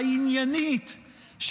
העניינית,